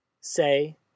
Say